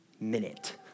minute